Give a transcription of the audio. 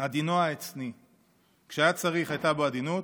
עדינו העצני, כשהיה צריך הייתה בו עדינות,